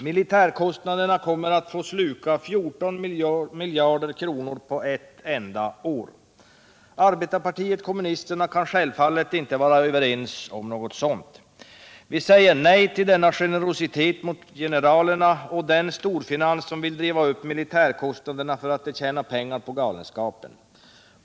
Militärkostnaderna kommer att få sluka 14 miljarder kronor på ett enda år. Arbetarpartiet kommunisterna kan självfallet inte vara med om något sådant. Vi säger nej till denna generositet mot generalerna och den storfinans som vill driva upp militärkostnaderna för att den tjänar pengar på galenskapen.